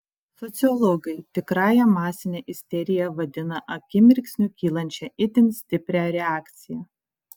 sociologai tikrąja masine isterija vadina akimirksniu kylančią itin stiprią reakciją